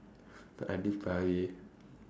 அடி பாவி:adi paavi